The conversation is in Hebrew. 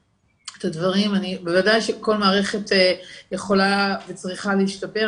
בוודאי שכל מערכת יכולה וצריכה להשתפר.